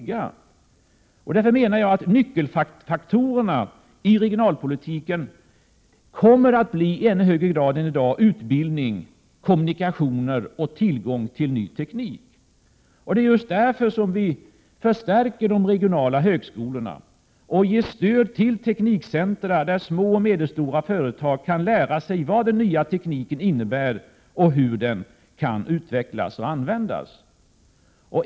Nyckelfaktorerna i regionalpolitiken kommer i än högre grad att bli utbildning, kommunikation och tillgång till ny teknik. Det är just därför vi förstärker de regionala högskolorna och ger stöd till teknikcentra där små och medelstora företag kan lära sig vad den nya tekniken innebär och hur den kan utvecklas och användas.